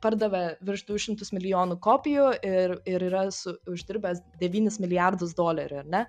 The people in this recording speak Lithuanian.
pardavė virš du šimtus milijonų kopijų ir ir yra su uždirbęs devynis milijardus dolerių ar ne